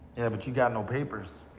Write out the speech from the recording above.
yeah, but you got no papers.